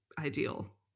ideal